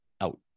out